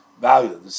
value